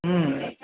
ಹ್ಞೂ